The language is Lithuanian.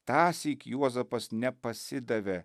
tąsyk juozapas nepasidavė